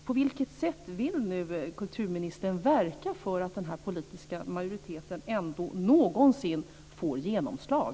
På vilket sätt vill kulturministern nu verka för att denna politiska majoritet någonsin ska få genomslag?